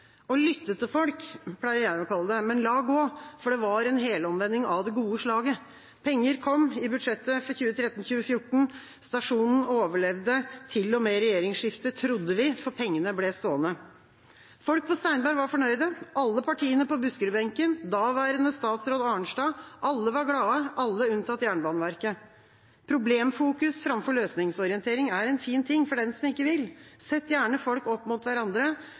Å lytte til folk, pleier jeg å kalle det, men la gå, for det var en helomvending av det gode slaget. Penger kom i budsjettet for 2014. Stasjonen overlevde til og med regjeringsskiftet – trodde vi, for pengene ble stående. Folk på Steinberg var fornøyde, alle partiene på Buskerud-benken, daværende statsråd Arnstad, alle var glade – alle unntatt Jernbaneverket. Problemfokus framfor løsningsorientering er en fin ting for den som ikke vil. Sett gjerne folk opp mot hverandre